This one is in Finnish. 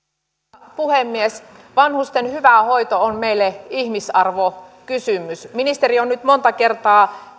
arvoisa puhemies vanhusten hyvä hoito on meille ihmisarvokysymys ministeri on nyt monta kertaa